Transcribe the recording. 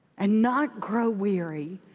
and not grow weary,